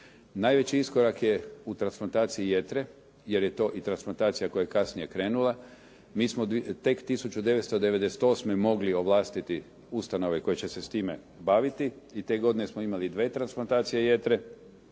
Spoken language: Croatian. Najveći iskorak je u transplantaciji jetre, jer je to i transplantacija koja je kasnije krenula. Mi smo tek 1998. mogli ovlastiti ustanove koje će se s time baviti. I te godine smo imali dvije transplantacije jetre.